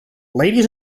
ladies